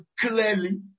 clearly